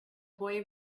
boy